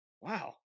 Wow